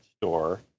store